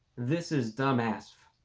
this is dumb asf